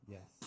Yes